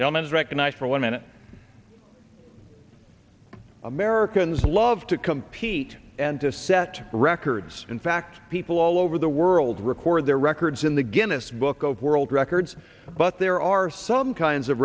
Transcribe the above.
gentleman is recognized for one minute americans love to compete and to set records in fact people all over the world record their records in the guinness book of world records but there are some kinds of